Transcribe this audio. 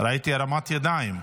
ראיתי הרמת ידיים,